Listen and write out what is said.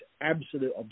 absolute